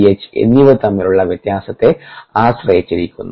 H എന്നിവ തമ്മിലുള്ള വ്യത്യാസത്തെ ആശ്രയിച്ചിരിക്കുന്നു